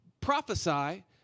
prophesy